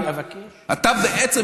אתה בעצם,